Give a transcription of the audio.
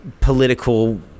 political